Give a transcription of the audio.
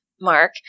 Mark